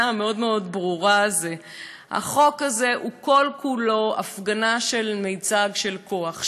המאוד-מאוד ברורה: החוק הזה הוא כל-כולו הפגנה ומיצג של כוח,